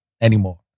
anymore